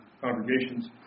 congregations